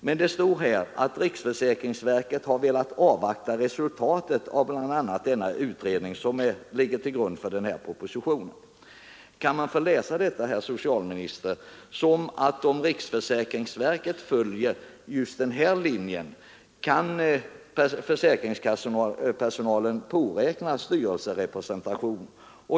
Men socialministern säger också: ”Riksförsäkringsverket har velat avvakta resultatet av bl.a. denna utredning ———.” Kan man få tolka detta, herr socialminister, så att om riksförsäkringsverket följer just den här linjen, kan försäkringskassornas personal påräkna styrelserepresentation?